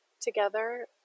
together